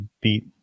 beat